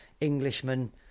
Englishman